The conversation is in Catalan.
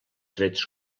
trets